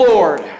Lord